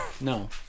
No